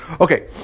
Okay